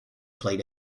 played